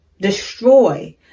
destroy